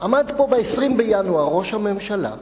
עמד פה ב-20 בינואר ראש הממשלה ואמר: